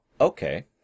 Okay